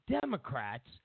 Democrats